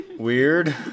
Weird